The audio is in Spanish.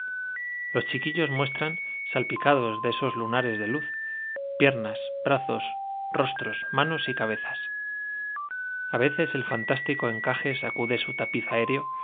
los chiquillos muestran salpicados de esos lunares de luz piernas brazos ostros manos y cabezas a veces el fan sacude tapiz aéreo